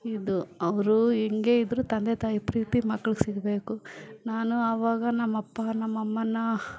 ಇದು ಅವರು ಹೆಂಗೆ ಇದ್ರು ತಂದೆ ತಾಯಿ ಪ್ರೀತಿ ಮಕ್ಳುಗೆ ಸಿಗಬೇಕು ನಾನು ಆವಾಗ ನಮ್ಮ ಅಪ್ಪ ನಮ್ಮ ಅಮ್ಮನ್ನ